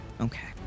Okay